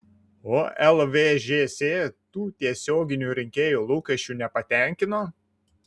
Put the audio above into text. o lvžs tų tiesioginių rinkėjų lūkesčių nepatenkino